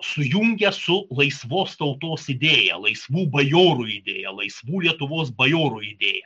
sujungė su laisvos tautos idėja laisvų bajorų idėja laisvų lietuvos bajorų idėja